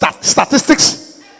statistics